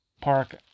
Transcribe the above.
park